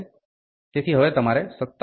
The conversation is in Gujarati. તેથી હવે તમારે 57